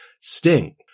Sting